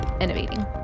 innovating